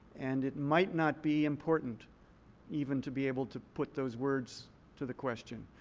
and it might not be important even to be able to put those words to the question.